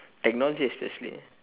technology especially